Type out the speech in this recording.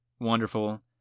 wonderful